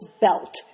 belt